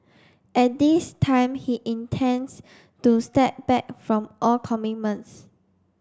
at this time he intends to step back from all commitments